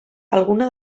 alguna